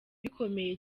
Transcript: bikomeye